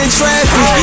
traffic